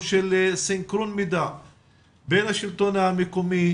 של סינכרון מידע בין השלטון המקומי,